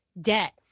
debt